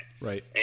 right